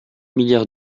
milliards